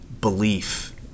belief